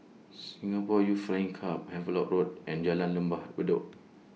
Singapore Youth Flying Club Havelock Road and Jalan Lembah Bedok